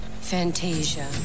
Fantasia